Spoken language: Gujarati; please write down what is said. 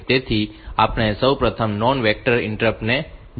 તેથી આપણે સૌપ્રથમ નોન વેક્ટર ઈન્ટરપ્ટ ને જોઈશું